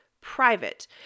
private